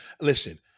Listen